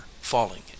falling